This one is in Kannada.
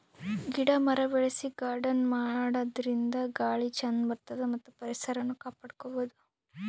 ಗಿಡ ಮರ ಬೆಳಸಿ ಗಾರ್ಡನ್ ಮಾಡದ್ರಿನ್ದ ಗಾಳಿ ಚಂದ್ ಬರ್ತದ್ ಮತ್ತ್ ಪರಿಸರನು ಕಾಪಾಡ್ಕೊಬಹುದ್